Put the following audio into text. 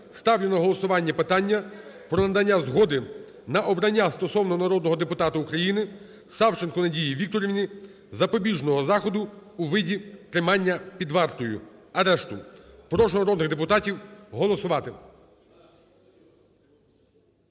ставлю на голосування питання про надання згоди на обрання стосовно народного депутата України Савченко Надії Вікторівни запобіжного заходу у виді тримання під вартою, арешту. Прошу народних депутатів голосувати.